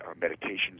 Meditations